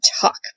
talk